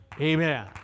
Amen